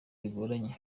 bigoranye